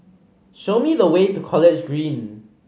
show me the way to College Green